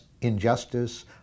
injustice